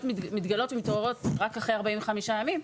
מתגלות ומתעוררות רק אחרי 45 ימים.